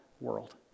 world